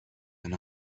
and